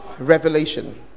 Revelation